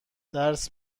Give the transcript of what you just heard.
درس